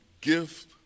gift